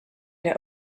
der